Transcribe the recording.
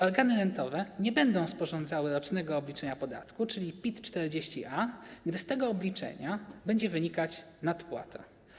Organy rentowe nie będą sporządzały rocznego obliczenia podatku, czyli PIT-40A, gdy z tego obliczenia będzie wynikać nadpłata.